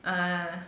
ah